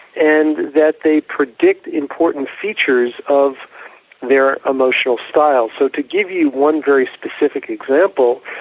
and that they predict important features of their emotional style. so to give you one very specific example,